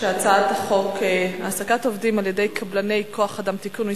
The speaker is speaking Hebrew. הצעת חוק העסקת עובדים על-ידי קבלני כוח אדם (תיקון מס'